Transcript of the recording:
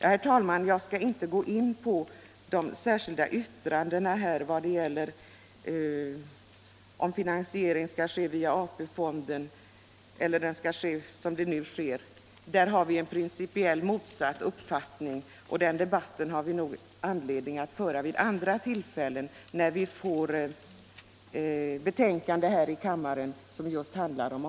Herr talman! Jag skall inte gå in på de särskilda yttrandena. Det ena behandlar frågan, om finansieringen skall ske via AP-fonden eller på det sätt som nu sker. Där har vi motsatta uppfattningar. Men den debatten har vi anledning att föra när vi här i kammaren behandlar betänkanden om just